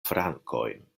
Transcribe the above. frankojn